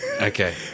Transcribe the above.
Okay